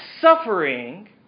suffering